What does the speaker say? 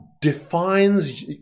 defines